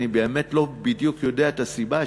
אני באמת לא בדיוק יודע את הסיבה,